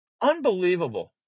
Unbelievable